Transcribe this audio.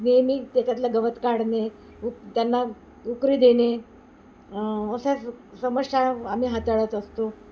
नेहमी त्याच्यातलं गवत काढणे उक त्यांना उकरी देणे अशा स समस्या आम्ही हाताळत असतो